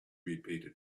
repeated